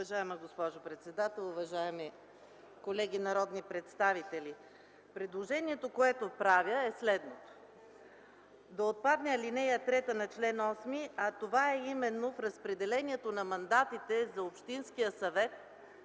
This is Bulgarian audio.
Уважаема госпожо председател, уважаеми колеги народни представители! Предложението, което правя, е да отпадне ал. 3 на чл. 8, а това именно е в разпределението на мандатите за общинския съвет